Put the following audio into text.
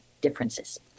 differences